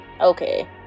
Okay